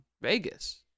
Vegas